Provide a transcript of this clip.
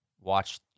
watch